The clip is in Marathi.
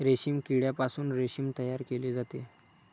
रेशीम किड्यापासून रेशीम तयार केले जाते